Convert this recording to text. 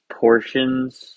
portions